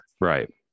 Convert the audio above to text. right